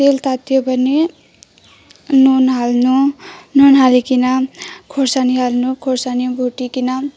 तेल तातियो भने नुन हाल्नु नुन हालिकन खोर्सानी हाल्नु खोर्सानी भुटिकन